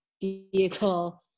vehicle